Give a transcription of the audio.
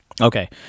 Okay